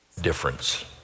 difference